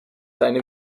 eine